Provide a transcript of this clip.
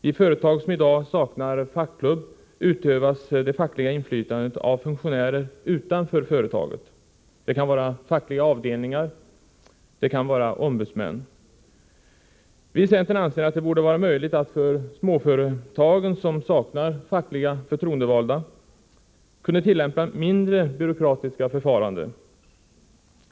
Vid företag som i dag saknar fackklubb utövas det fackliga inflytandet av funktionärer utanför företaget — det kan vara fackliga avdelningar eller ombudsmän. Vi i centern anser att det borde vara möjligt att för småföretagen som saknar fackliga förtroendevalda tillämpa mindre byråkratiska förfaranden.